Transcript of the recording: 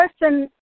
person